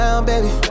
Baby